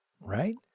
right